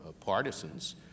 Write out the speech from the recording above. partisans